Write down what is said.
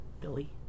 Billy